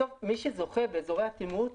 בסוף מי שזוכה באזורי התמרוץ,